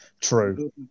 true